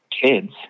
kids